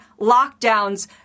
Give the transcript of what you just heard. lockdowns